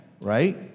right